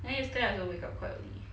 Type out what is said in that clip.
then yesterday I also wake up quite early